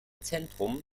zentrum